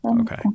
Okay